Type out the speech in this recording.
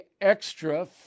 extra